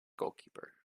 goalkeeper